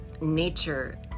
Nature